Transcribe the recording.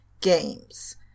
games